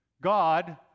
God